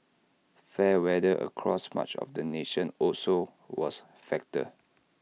fair weather across much of the nation also was factor